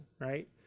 right